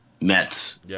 Mets